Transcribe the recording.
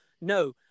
No